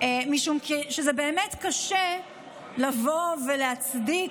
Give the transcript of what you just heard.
משום שזה באמת קשה לבוא ולהצדיק.